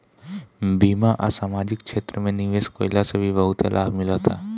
बीमा आ समाजिक क्षेत्र में निवेश कईला से भी बहुते लाभ मिलता